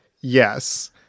Yes